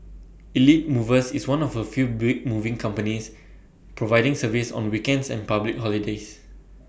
elite movers is one of A few big moving companies providing service on weekends and public holidays